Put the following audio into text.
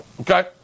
okay